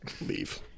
leave